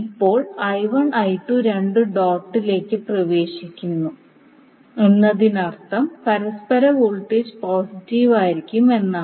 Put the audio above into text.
ഇപ്പോൾ രണ്ടും ഡോട്ടിലേക്ക് പ്രവേശിക്കുന്നു എന്നതിനർത്ഥം പരസ്പര വോൾട്ടേജ് പോസിറ്റീവ് ആയിരിക്കും എന്നാണ്